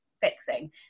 fixing